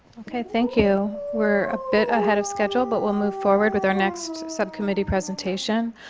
ok, thank you. we're a bit ahead of schedule, but we'll move forward with our next subcommittee presentation.